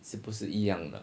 是不是一样的